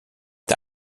der